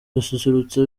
gususurutsa